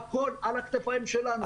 הכול על הכתפיים שלנו.